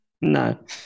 No